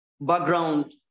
background